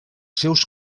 seus